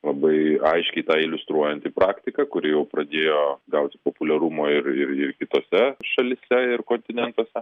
labai aiškiai tą iliustruojanti praktika kuri jau pradėjo gauti populiarumo ir ir ir kitose šalyse ir kontinentuose